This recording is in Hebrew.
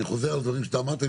אני חוזר על דברים שאתה אמרת,